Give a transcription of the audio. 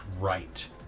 right